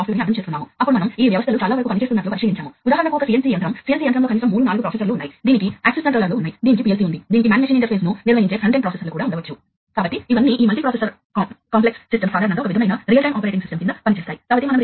signal సమగ్రత ఎందుకంటే ఇది analog communication current communication voltage communication కంటే ఎక్కువ నిరోధకత ను కలిగి ఉన్నప్పటికీ ఇప్పటికీ ఇది అధోకరణాని కి గురయ్యే అవకాశం ఉంది అయితే ఫీల్డ్బస్ పరికరాల నిరోధకత డిజిటల్ డేటా దృష్ట్యా చాలా అద్భుతమైనది